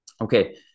Okay